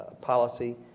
policy